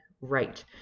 right